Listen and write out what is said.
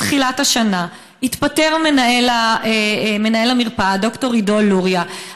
בתחילת השנה התפטר מנהל המרפאה ד"ר עידו לוריא.